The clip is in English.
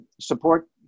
support